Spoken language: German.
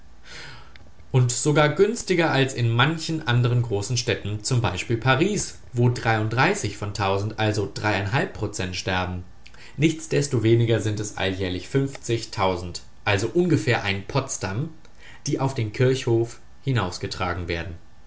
und sogar günstiger als in manchen andern großen städten z b paris wo von also drei prozent sterben nichtsdestoweniger sind es alljährlich also ungefähr ein potsdam die auf den kirchhof hinausgetragen werden